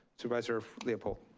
supervisor leopold.